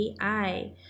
AI